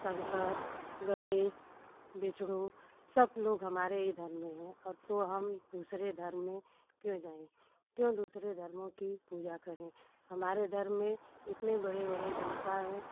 शंकर गणेश विष्णु सब लोग हमारे हीं धर्म में है अब तो हम दूसरे धर्म में क्यों जायें क्यों दूसरे धर्म की पूजा करें हमारे धर्म में इतने बड़े बड़े देवता हैं